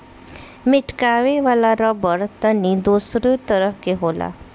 मेटकावे वाला रबड़ तनी दोसरे तरह के रहेला